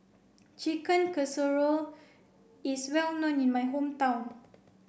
Chicken Casserole is well known in my hometown